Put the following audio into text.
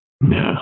No